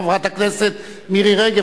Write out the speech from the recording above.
חברת הכנסת מירי רגב,